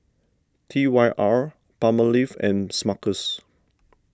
T Y R Palmolive and Smuckers